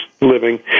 living